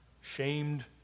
shamed